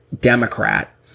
Democrat